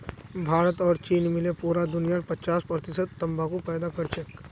भारत और चीन मिले पूरा दुनियार पचास प्रतिशत तंबाकू पैदा करछेक